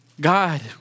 God